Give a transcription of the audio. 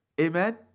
Amen